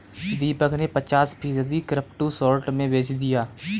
दीपक ने पचास फीसद क्रिप्टो शॉर्ट में बेच दिया